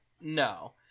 No